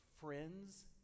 Friends